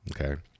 Okay